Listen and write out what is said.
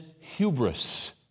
hubris